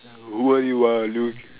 what you want Luke